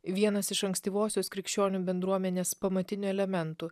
vienas iš ankstyvosios krikščionių bendruomenės pamatinių elementų